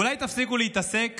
אולי תפסיקו להתעסק